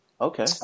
Okay